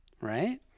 right